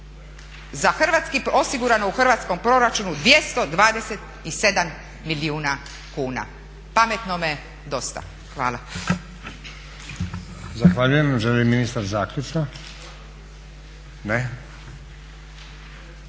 sankcija osigurano u hrvatskom proračunu 227 milijuna kuna. Pametnome dosta. Hvala.